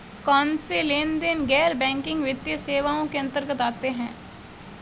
कौनसे लेनदेन गैर बैंकिंग वित्तीय सेवाओं के अंतर्गत आते हैं?